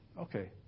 Okay